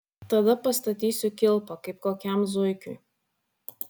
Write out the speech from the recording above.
tada pastatysiu kilpą kaip kokiam zuikiui